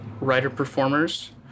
writer-performers